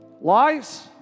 Lies